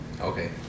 Okay